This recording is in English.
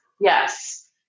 Yes